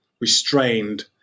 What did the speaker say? restrained